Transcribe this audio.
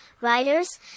writers